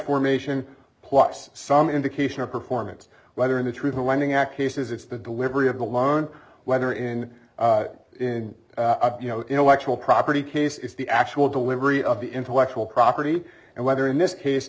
formation plus some indication of performance whether in the truth in lending act he says it's the delivery of the loan whether in you know intellectual property case is the actual delivery of the intellectual property and whether in this case